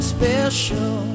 Special